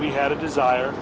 we had a desire